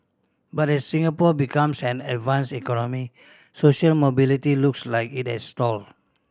but as Singapore becomes an advanced economy social mobility looks like it has stalled